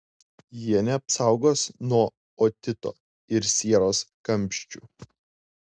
jie neapsaugos nuo otito ir sieros kamščių